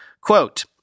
Quote